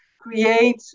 create